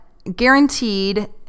Guaranteed